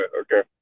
Okay